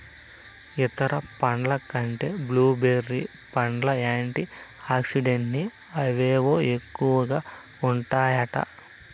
ఇతర పండ్ల కంటే బ్లూ బెర్రీ పండ్లల్ల యాంటీ ఆక్సిడెంట్లని అవేవో ఎక్కువగా ఉంటాయట